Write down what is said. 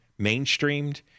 mainstreamed